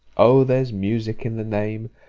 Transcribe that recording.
o there's music in the name,